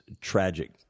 tragic